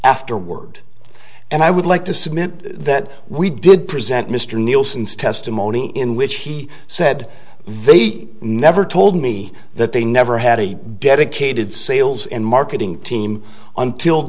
afterward and i would like to submit that we did present mr nielsen's testimony in which he said v never told me that they never had a dedicated sales and marketing team until